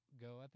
Go